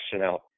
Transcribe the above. out